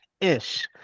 ish